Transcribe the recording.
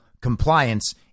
compliance